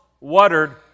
watered